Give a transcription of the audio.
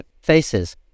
faces